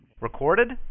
Recorded